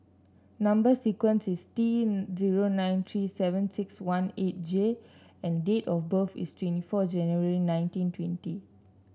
number sequence is T zero nine three seven six one eight J and date of birth is twenty four January nineteen twenty